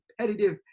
competitive